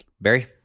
Barry